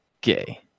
gay